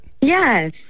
Yes